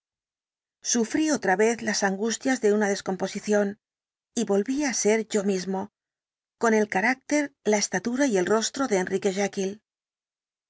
sufrí otra vez las angustias de una descomposición y volví á ser yo mismo con el carácter la estatura y el rostro de enrique